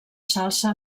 salsa